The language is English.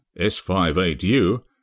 S58U